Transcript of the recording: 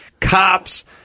Cops